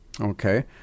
okay